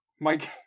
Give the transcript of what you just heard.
mike